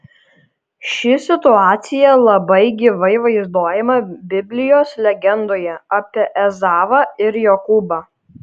ši situacija labai gyvai vaizduojama biblijos legendoje apie ezavą ir jokūbą